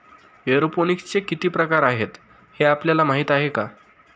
एरोपोनिक्सचे किती प्रकार आहेत, हे आपल्याला माहित आहे का?